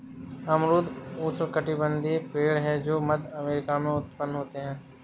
अमरूद उष्णकटिबंधीय पेड़ है जो मध्य अमेरिका में उत्पन्न होते है